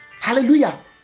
hallelujah